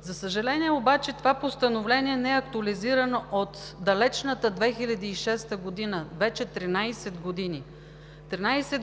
За съжаление, това постановление не е актуализирано от далечната 2006 г., вече 13 години. Тринадесет